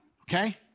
okay